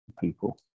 people